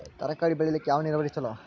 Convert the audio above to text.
ತರಕಾರಿ ಬೆಳಿಲಿಕ್ಕ ಯಾವ ನೇರಾವರಿ ಛಲೋ?